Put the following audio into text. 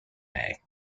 may